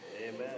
Amen